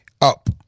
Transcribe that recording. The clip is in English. up